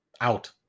out